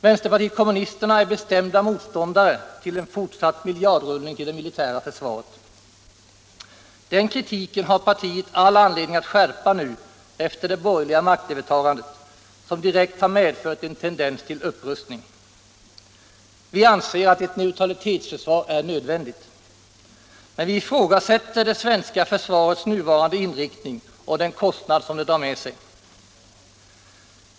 Vänsterpartiet kommunisterna är bestämd motståndare till en fortsatt miljardrullning till det militära försvaret. Den kritiken har partiet all anledning att skärpa nu efter det borgerliga maktövertagandet, som direkt har medfört en tendens till upprustning. Vi anser att ett neutralitetsförsvar är nödvändigt, men vi ifrågasätter det svenska försvarets nuvarande inriktning och den kostnad som den drar med sig.